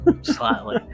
Slightly